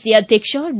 C ಅಧ್ಯಕ್ಷ D